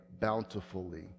bountifully